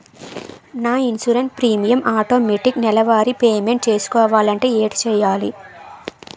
నా insurance premium automatic నెలవారి payment చేసుకోవాలంటే ఏంటి చేయాలి?